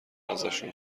ازشون